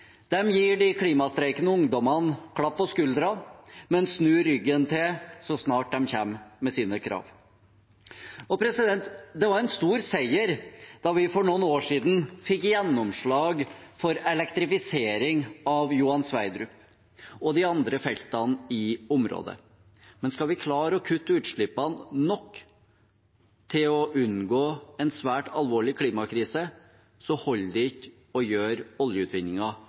gir de klimastreikende ungdommene klapp på skulderen, men snur ryggen til så snart de kommer med sine krav. Det var en stor seier da vi for noen år siden fikk gjennomslag for elektrifisering av Johan Sverdrup og de andre feltene i området, men skal vi klare å kutte utslippene nok til å unngå en svært alvorlig klimakrise, holder det ikke å gjøre